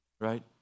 Right